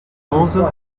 onze